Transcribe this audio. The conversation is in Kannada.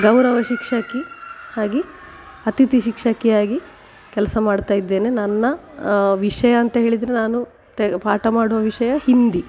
ಗೌರವ ಶಿಕ್ಷಕಿ ಆಗಿ ಅತಿಥಿ ಶಿಕ್ಷಕಿಯಾಗಿ ಕೆಲಸ ಮಾಡ್ತಾ ಇದ್ದೇನೆ ನನ್ನ ವಿಷಯ ಅಂತ ಹೇಳಿದರೆ ನಾನು ತೆಗ್ ಪಾಠ ಮಾಡುವ ವಿಷಯ ಹಿಂದಿ